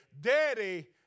Daddy